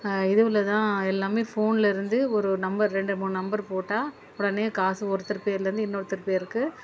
இதுவில்தான் எல்லாமே ஃபோன்ல இருந்து ஒரு ஒரு நம்பர் ரெண்டு மூணு நம்பர் போட்டால் உடனே காசு ஒருத்தர் பேர்லருந்து இன்னொருத்தர் பேருக்கு